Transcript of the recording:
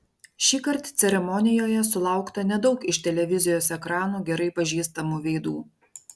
šįkart ceremonijoje sulaukta nedaug iš televizijos ekranų gerai pažįstamų veidų